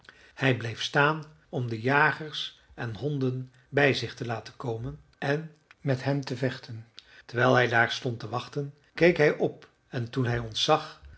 hij bleef staan om de jagers en honden bij zich te laten komen en met hen te vechten terwijl hij daar stond te wachten keek hij op en toen hij ons zag